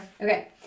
Okay